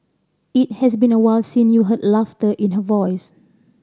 it has been awhile since you heard laughter in her voice